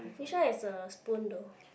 which one has a spoon though